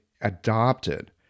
adopted